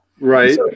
Right